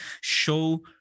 show